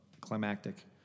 climactic